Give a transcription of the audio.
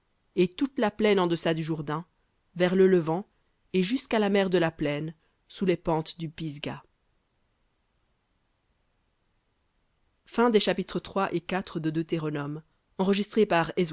et toute la plaine en deçà du jourdain vers le levant et jusqu'à la mer de la plaine sous les pentes du pisga